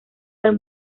del